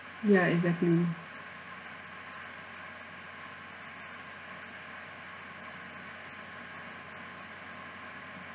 ya exactly